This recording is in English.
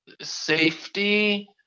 safety